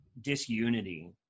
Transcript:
disunity